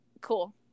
cool